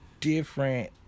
different